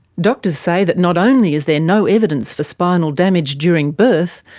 doctors say that not only is there no evidence for spinal damage during birth,